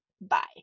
Bye